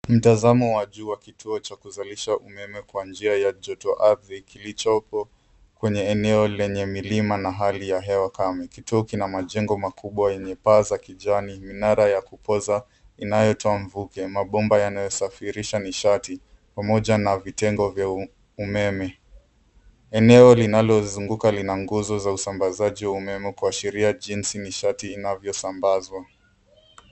Mtazamo wa juu wa kituo cha kuzalisha umeme kwa njia ya joto ardhi kilichopo kwenye eneo lenye milima na hali ya hewa kame. Kituo kina majengo makubwa yenye paa za kijani, minara ya kupoza inayotoa mvuke, mabomba yanayosafirisha nishati pamoja na vitengo vya umeme. Eneo linalozunguka lina nguzo za usambazaji wa umeme kuashiria jinsi nishati inavyosambazwa.